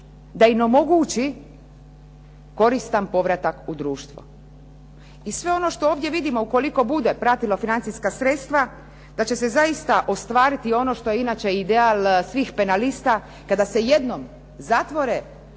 da im omogući koristan povratak u društvo. I sve ono što ovdje vidimo ukoliko bude pratilo financijska sredstva da će se zaista ostvariti i ono što je inače ideal svih penalista kada se jednom zatvore